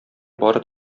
бары